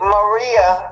Maria